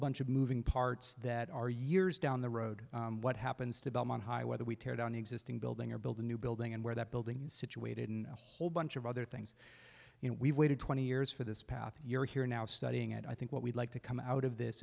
bunch of moving parts that are years down the road what happens to belmont high whether we tear down the existing building or build a new building and where that building is situated in a whole bunch of other things and we've waited twenty years for this path you're here now studying and i think what we'd like to come out of this